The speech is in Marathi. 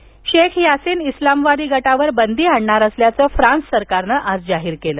फ्रान्स बंदी शेख यासीन इस्लामवादी गटावर बंदी आणणार असल्याचं फ्रान्स सरकारनं आज जाहीर केलं